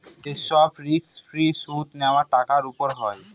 যে সব risk free সুদ নেওয়া টাকার উপর হয়